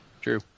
True